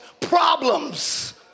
problems